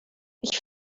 ich